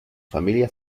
familia